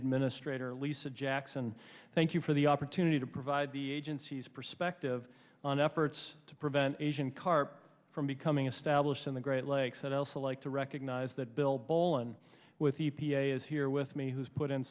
administrator lisa jackson thank you for the opportunity to provide the agency's perspective on efforts to prevent asian carp from becoming established in the great lakes at alpha like to recognize that bill bowlen with e p a is here with me has put in